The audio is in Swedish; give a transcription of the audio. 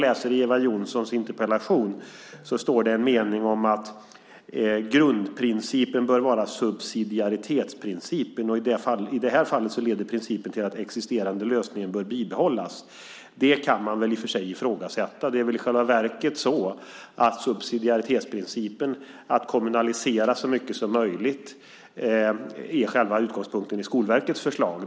I Eva Johnssons interpellation finns det en mening om att grundprincipen bör vara subsidiaritetsprincipen och att det i det här fallet leder till att den existerande lösningen bör bibehållas. Det kan man väl i och för sig ifrågasätta. Det är i själva verket så att subsidiaritetsprincipen, att kommunalisera så mycket som möjligt, är utgångspunkten i Skolverkets förslag.